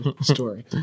story